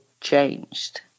changed